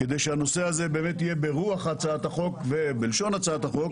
כדי שהנושא הזה יהיה באמת ברוח הצעת החוק ובלשון הצעת החוק,